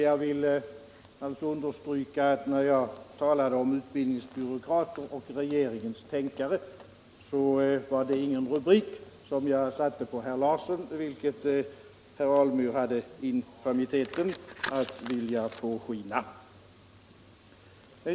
Jag vill understryka att när jag talade om utbildningsbyråkrater och regeringens tänkare var det ingen rubrik som jag satte på herr Larsson, vilket herr Alemyr hade infamiteten att låta påskina.